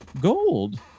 gold